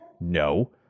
no